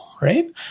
right